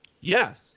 Yes